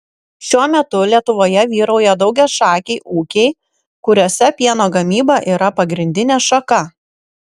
šiuo metu lietuvoje vyrauja daugiašakiai ūkiai kuriuose pieno gamyba yra pagrindinė šaka